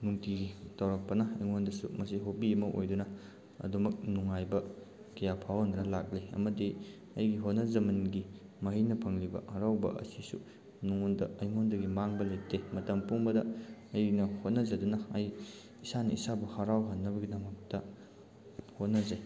ꯅꯨꯡꯇꯤꯒꯤ ꯇꯧꯔꯛꯄꯅ ꯑꯩꯉꯣꯟꯗꯁꯨ ꯃꯁꯤ ꯍꯣꯕꯤ ꯑꯃ ꯑꯣꯏꯗꯨꯅ ꯑꯗꯨꯃꯛ ꯅꯨꯡꯉꯥꯏꯕ ꯀꯌꯥ ꯐꯥꯎꯍꯟꯗꯨꯅ ꯂꯥꯛꯂꯤ ꯑꯃꯗꯤ ꯑꯩꯒꯤ ꯍꯣꯠꯅꯖꯃꯟꯒꯤ ꯃꯍꯩꯅ ꯐꯪꯂꯤꯕ ꯍꯔꯥꯎꯕ ꯑꯁꯤꯁꯨ ꯅꯣꯡꯃꯇ ꯑꯩꯉꯣꯟꯗꯒꯤ ꯃꯥꯡꯕ ꯂꯩꯇꯦ ꯃꯇꯝ ꯄꯨꯝꯕꯗ ꯑꯩꯅ ꯍꯣꯠꯅꯖꯗꯨꯅ ꯑꯩ ꯏꯁꯥꯅ ꯏꯁꯥꯕꯨ ꯍꯔꯥꯎꯖꯅꯕꯒꯤꯗꯃꯛꯇ ꯍꯣꯠꯅꯖꯩ